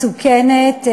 מסוכנת.